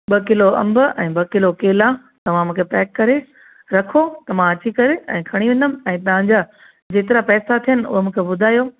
ॿ किलो अंब ऐं ॿ किलो केला तव्हां मूंखे पैक करे रखो त मां अची करे ऐं खणी वेंदमि ऐं तव्हांजा जेतिरा पैसा थियनि उहे मूंखे ॿुधायो